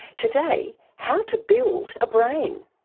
today, how to build a brain.